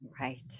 Right